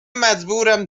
مجبورم